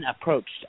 approached